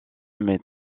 mes